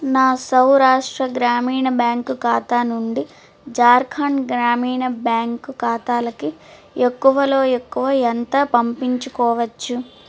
నా సౌరాష్ట్ర గ్రామీణ బ్యాంక్ ఖాతా నుండి ఝార్ఖండ్ గ్రామీణ బ్యాంక్ ఖాతాలకి ఎక్కువలో ఎక్కువ ఎంత పంపించుకోవచ్చు